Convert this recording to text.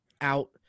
out